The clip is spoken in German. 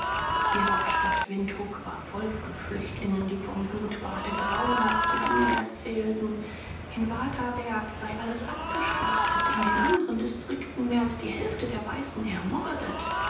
die hauptstadt windhuk war voll von flüchtlingen die vom blutbade grauenhafte dinge erzählten in waterberg sei alles abgeschlachtet in den andren distrikten mehr als die hälfte der weißen ermordet